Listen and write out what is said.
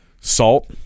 salt